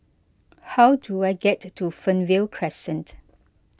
how do I get to Fernvale Crescent